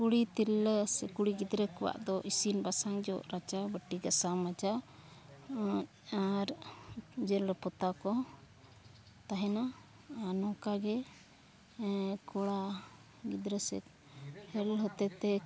ᱠᱩᱲᱤ ᱛᱤᱨᱞᱟᱹ ᱥᱮ ᱠᱩᱲᱤ ᱜᱤᱫᱽᱨᱟᱹ ᱠᱚᱣᱟᱜ ᱫᱚ ᱤᱥᱤᱱᱼᱵᱟᱥᱟᱝ ᱡᱚᱜ ᱨᱟᱪᱟ ᱵᱟᱹᱴᱤ ᱜᱟᱥᱟᱣᱼᱢᱟᱡᱟᱣ ᱟᱨ ᱡᱮᱨᱮᱲᱼᱯᱚᱛᱟᱣ ᱠᱚ ᱛᱟᱦᱮᱱᱟ ᱟᱨ ᱱᱚᱝᱠᱟ ᱜᱮ ᱠᱚᱲᱟ ᱜᱤᱫᱽᱨᱟᱹ ᱥᱮ ᱦᱮᱨᱮᱞ ᱦᱚᱛᱮ ᱛᱮ